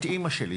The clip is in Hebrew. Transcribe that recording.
את רוצה שאמא שלי.